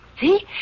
See